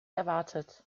erwartet